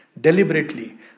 deliberately